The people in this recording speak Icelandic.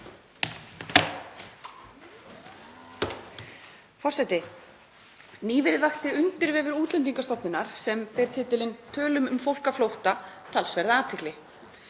Forseti. Nýverið vakti undirvefur Útlendingastofnunar sem ber titilinn Tölum um fólk á flótta, talsverða athygli.